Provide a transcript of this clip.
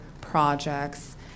projects